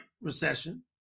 recession